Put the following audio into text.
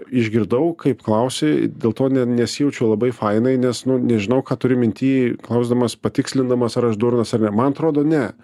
išgirdau kaip klausi dėl to ne nesijaučiu labai fainai nes nu nežinau ką turi minty klausdamas patikslindamas ar aš durnas ar ne man atrodo ne